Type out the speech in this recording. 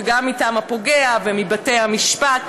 וגם מטעם הפוגע ובתי המשפט.